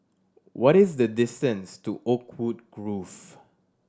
what is the distance to Oakwood Grove